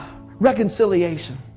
reconciliation